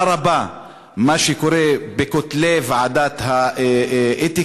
רבה את מה שקורה בין כותלי ועדת האתיקה.